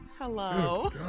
Hello